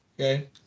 okay